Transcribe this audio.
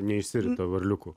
neišsirita varliukų